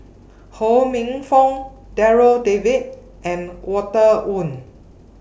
Ho Minfong Darryl David and Walter Woon